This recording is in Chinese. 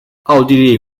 奥地利